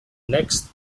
next